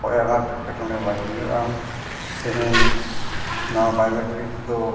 ᱦᱳᱭ ᱟᱱᱟᱴ ᱮᱴᱠᱮᱴᱚᱬᱮ ᱵᱟᱭ ᱦᱩᱭᱩᱜᱼᱟ ᱛᱮᱦᱮᱧ ᱱᱚᱣᱟ ᱵᱟᱭᱳᱢᱮᱴᱨᱤᱠ ᱫᱚ